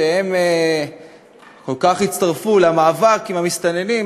שהם הצטרפו למאבק עם המסתננים,